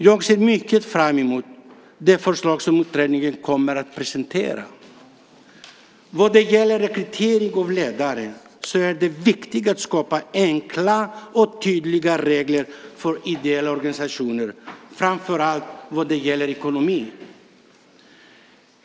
Jag ser mycket fram emot de förslag som utredningen kommer att presentera. Vad gäller rekrytering av ledare är det viktigt att skapa enkla och tydliga regler för ideella organisationer, framför allt när det gäller ekonomin.